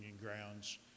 grounds